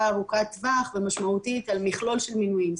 ארוכת טווח ומשמעותית על מכלול של מינויים,